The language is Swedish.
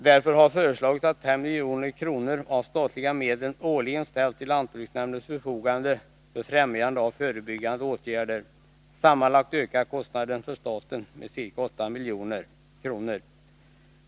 Därför har bl.a. föreslagits att 5 milj.kr. av statliga medel årligen ställs till lantbruksstyrelsens förfogande för främjande av förebyggande åtgärder. Sammanlagt ökar kostnaden för staten med ca 8 milj.kr.